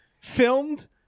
filmed